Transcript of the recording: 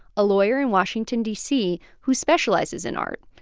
a lawyer in washington d c. who specializes in art.